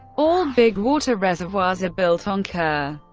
all big water reservoirs are built on kur.